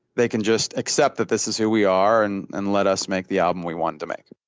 they can just accept that this is who we are and and let us make the album we wanted to make.